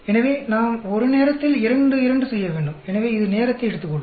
எனவே நாம் ஒரு நேரத்தில் இரண்டு இரண்டு செய்ய வேண்டும் எனவே இது நேரத்தை எடுத்துக்கொள்ளும்